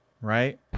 right